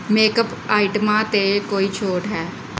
makeup ਆਈਟਮਾਂ 'ਤੇ ਕੋਈ ਛੋਟ ਹੈ